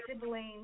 siblings